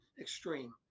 extreme